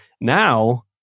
now